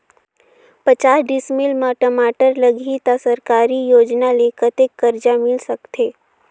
पचास डिसमिल मा टमाटर लगही त सरकारी योजना ले कतेक कर्जा मिल सकथे?